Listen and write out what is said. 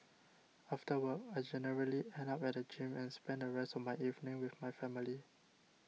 after work I generally end up at the gym and spend the rest of my evening with my family